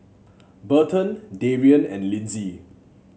Burton Darrien and Lyndsey